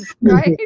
Right